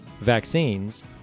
vaccines